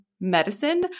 medicine